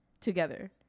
together